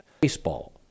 Baseball